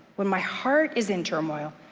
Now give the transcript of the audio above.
when my heart is in turmoil,